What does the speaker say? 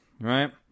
right